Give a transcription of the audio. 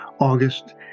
august